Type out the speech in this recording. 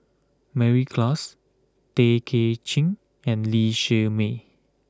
Mary Klass Tay Kay Chin and Lee Shermay